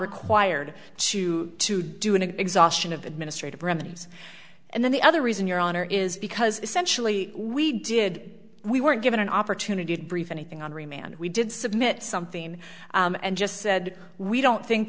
required to to do an exhaustion of administrative remedies and then the other reason your honor is because essentially we did we weren't given an opportunity to brief anything on remand we did submit something and just said we don't think